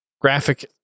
graphic